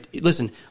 Listen